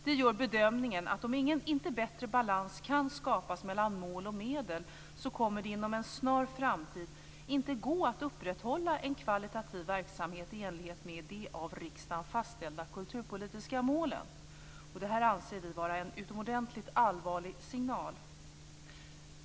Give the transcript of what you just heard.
De gör bedömningen att om inte bättre balans kan skapas mellan mål och medel kommer det inom en snar framtid inte gå att upprätthålla en kvalitativ verksamhet i enlighet med de av riksdagen fastställda kulturpolitiska målen. Detta anser vi vara en utomordentligt allvarlig signal.